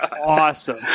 awesome